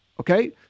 Okay